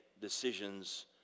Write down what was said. decisions